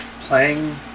playing